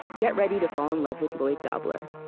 get ready to fall in love with lloyd dobler